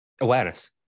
awareness